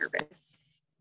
nervous